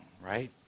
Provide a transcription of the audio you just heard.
right